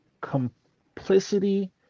complicity